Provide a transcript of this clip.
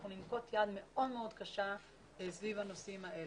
אנחנו ננקוט יד מאוד מאוד קשה סביב הנושאים האלה.